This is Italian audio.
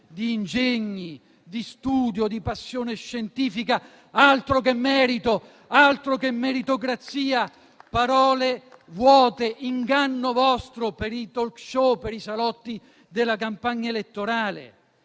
di ingegni, di studio, di passione scientifica. Altro che merito! Altro che meritocrazia! Parole vuote, inganno vostro per i *talk show*, per i salotti della campagna elettorale.